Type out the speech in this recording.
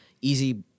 easy